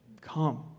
Come